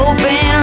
Open